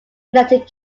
united